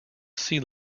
sea